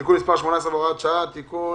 (תיקון מס' 18 והוראת שעה) (תיקון),